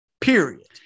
period